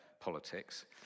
politics